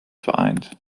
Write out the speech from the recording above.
vereint